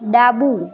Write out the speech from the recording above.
ડાબું